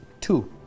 Two